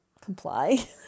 comply